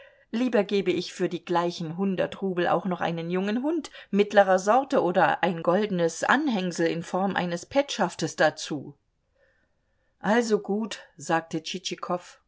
lieber gebe ich für die gleichen hundert rubel auch noch einen jungen hund mittlerer sorte oder ein goldenes anhängsel in form eines petschaftes dazu also gut sagte